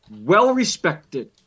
well-respected